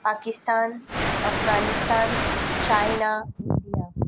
Pakistan Afghanistan China India